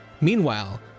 Meanwhile